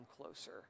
closer